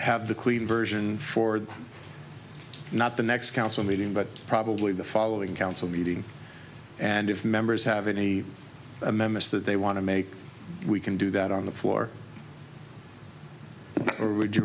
have the clean version for the not the next council meeting but probably the following council meeting and if members have any amendments that they want to make we can do that on the floor or would you